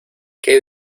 qué